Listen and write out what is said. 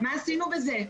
מה עשינו בזה?